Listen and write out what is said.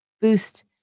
boost